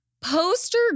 Poster